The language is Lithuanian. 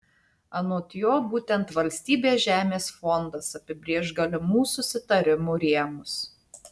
anot jo būtent valstybės žemės fondas apibrėš galimų susitarimų rėmus